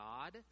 God